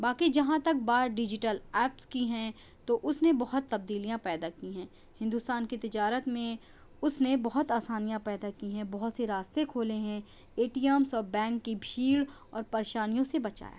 باقی جہاں تک بات ڈیجیٹل ایپس کی ہے تو اس نے بہت تبدیلیاں پیدا کی ہیں ہندوستان کی تجارت میں اس نے بہت آسانیاں پیدا کی ہیں بہت سے راستے کھولے ہیں اے ٹی ایمس اور بینک کی بھیڑ اور پریشانیوں سے بچایا ہے